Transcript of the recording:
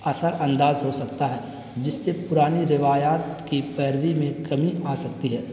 اثرانداز ہو سکتا ہے جس سے پرانی روایات کی پیروی میں کمی آ سکتی ہے